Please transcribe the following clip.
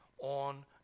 on